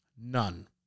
None